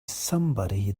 somebody